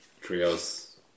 Trios